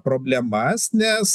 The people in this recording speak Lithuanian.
problemas nes